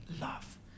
love